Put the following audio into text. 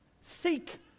Seek